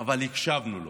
אבל הקשבנו לו.